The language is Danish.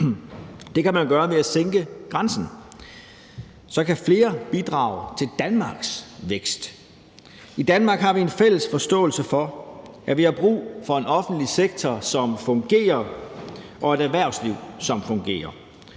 Det kan man gøre ved at sænke grænsen, for så kan flere bidrage til Danmarks vækst. I Danmark har vi en fælles forståelse for, at vi har brug for en offentlig sektor, som fungerer, og et erhvervsliv, som fungerer.